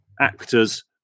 actors